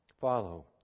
follow